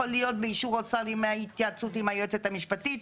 להיות באישור אוצר עם התייעצות עם היועצת המשפטית.